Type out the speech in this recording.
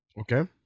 okay